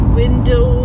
window